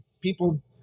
people